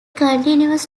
continues